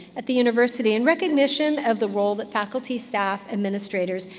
at the university in recognition of the role that faculty, staff, administrators,